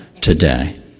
today